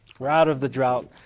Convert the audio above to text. we're out of the drought,